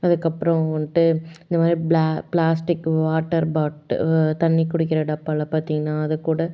அதுக்கப்புறம் வந்துட்டு இந்த மாதிரி ப்ளா ப்ளாஸ்டிக்கு வாட்டர் பாட்டு தண்ணி குடிக்கிற டப்பாவில் பார்த்தீங்கன்னா அதை கூட